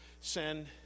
Send